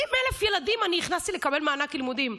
70,000 ילדים אני הכנסתי לקבל מענק לימודים